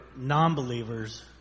non-believers